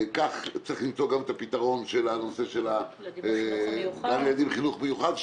כך צריך למצוא פתרון לנושא הילדים בחינוך מיוחד.